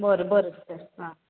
बरें बरें टिचर